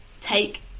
take